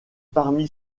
parmi